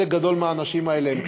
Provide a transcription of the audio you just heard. חלק גדול מהאנשים האלה הם קשישים,